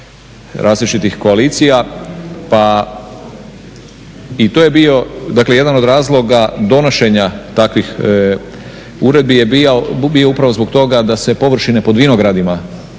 različitih koalicija. Pa i to je bio, dakle jedan od razloga donošenja takvih uredbi je bio upravo zbog toga da se površine pod vinogradima